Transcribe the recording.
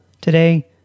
today